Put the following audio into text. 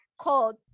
called